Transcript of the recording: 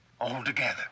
altogether